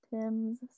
Tim's